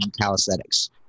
calisthenics